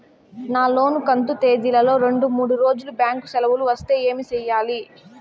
నా లోను కంతు తేదీల లో రెండు మూడు రోజులు బ్యాంకు సెలవులు వస్తే ఏమి సెయ్యాలి?